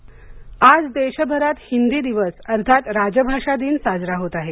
हिंदी दिवस आज देशभरात हिंदी दिवस अर्थात राजभाषा दिन साजरा होत आहे